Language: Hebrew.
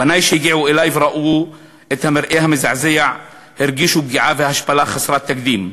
בני שהגיעו אלי וראו את המראה המזעזע הרגישו פגיעה והשפלה חסרת תקדים.